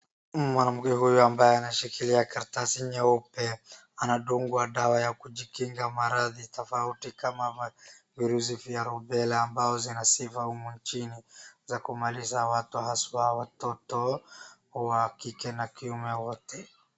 Mwanamke huyu ambaye anashikilia karatasi nyeupe anadungwa dawa ya kujikinga maradhi tofauti kama virusi vya Rubela ambao zina sifa humu nchini za kumaliza watu haswa watoto, wa kike na kiume wote.